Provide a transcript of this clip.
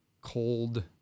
cold